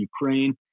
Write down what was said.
Ukraine